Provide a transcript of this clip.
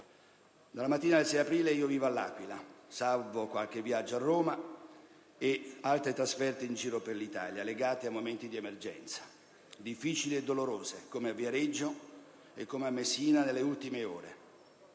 Dalla mattina del 6 aprile io vivo all'Aquila, salvo qualche viaggio a Roma e altre trasferte in giro per l'Italia legate a momenti di emergenza, difficili e dolorosi come a Viareggio e come a Messina nelle ultime ore.